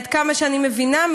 עד כמה שאני מבינה,